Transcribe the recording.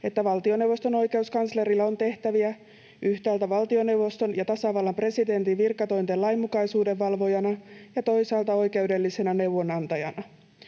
että valtioneuvoston oikeuskanslerilla on tehtäviä yhtäältä valtioneuvoston ja tasavallan presidentin virkatointen lainmukaisuuden valvojana ja toisaalta oikeudellisena neuvonantajana.